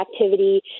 activity